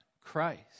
Christ